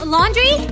Laundry